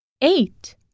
Eight